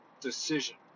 decision